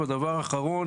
דבר אחרון